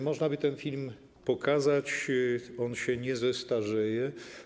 Można by ten film pokazać, on się nie zestarzeje.